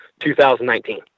2019